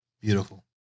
Beautiful